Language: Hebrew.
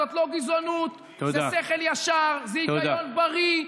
זאת לא גזענות, זה שכל ישר, זה היגיון בריא.